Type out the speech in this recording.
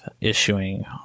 issuing